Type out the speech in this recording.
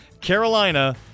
Carolina